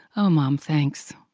oh mom, thanks.